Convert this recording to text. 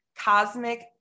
Cosmic